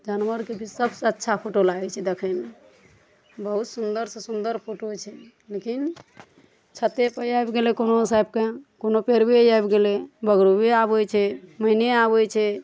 जानबरके की सबसे अच्छा फोटो लागै छै देखैमे बहुत सुन्दर सऽ सुन्दर फोटो छै लेकिन छते पर आबि गेलै किम्हरो से आबि कऽ कोनो परबे आबि गेलै बगरो आबै छै मैने आबै छै